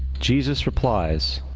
jesus replies